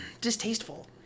distasteful